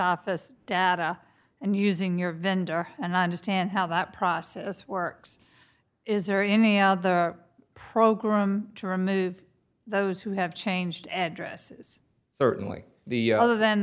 office data and using your vendor and i understand how that process works is there any other program to remove those who have changed addresses certainly the other th